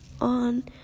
on